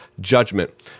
judgment